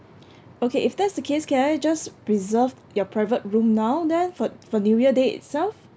okay if that's the case can I just reserve your private room now then for for new year day itself